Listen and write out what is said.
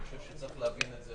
אני חושב שצריך להבין את זה.